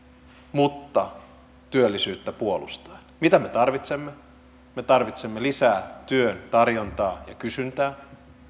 mutta työllisyyttä puolustaen mitä me tarvitsemme me tarvitsemme lisää työn tarjontaa ja kysyntää